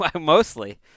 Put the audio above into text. Mostly